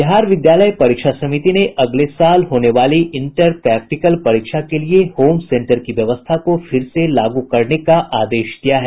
बिहार विद्यालय परीक्षा समिति ने अगले साल होने वाली इंटर प्रैक्टिकल परीक्षा के लिये होम सेंटर की व्यवस्था को फिर से लागू करने का आदेश दिया है